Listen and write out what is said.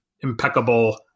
impeccable